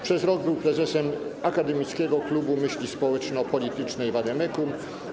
Przez rok był prezesem Akademickiego Klubu Myśli Społeczno-Politycznej Vade Mecum.